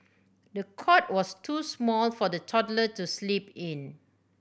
the cot was too small for the toddler to sleep in